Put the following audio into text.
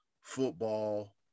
football